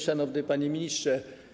Szanowny Panie Ministrze!